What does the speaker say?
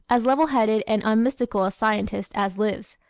as level-headed and unmystical a scientist as lives,